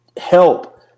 help